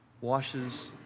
washes